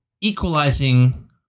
equalizing